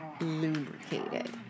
lubricated